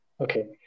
Okay